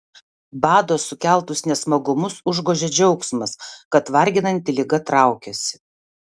bado sukeltus nesmagumus užgožia džiaugsmas kad varginanti liga traukiasi